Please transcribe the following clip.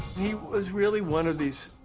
he was really one of these,